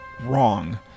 wrong